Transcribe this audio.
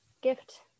gift